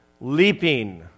Leaping